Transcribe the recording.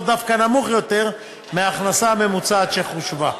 דווקא נמוך יותר מהכנסה הממוצעת שחושבה.